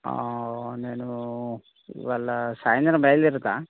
నేను ఇవాళ సాయంత్రం బయలుదేరుతా